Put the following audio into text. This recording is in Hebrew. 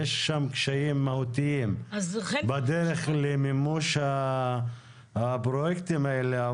יש שם קשיים מהותיים, בדרך למימוש הפרויקטים האלה.